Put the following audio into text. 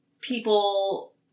people